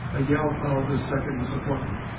a yell followed this second disappointment,